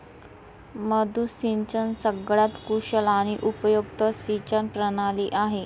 मुद्दू सिंचन सगळ्यात कुशल आणि उपयुक्त सिंचन प्रणाली आहे